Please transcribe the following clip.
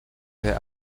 there